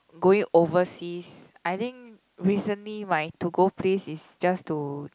going overseas I think recently my to go place to just to